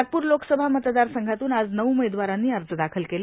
नागपूर लोकसभा मतदारसंघातून आज नऊ उमेदवारांनी अर्ज दाखल केले